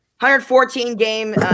114-game